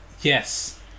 Yes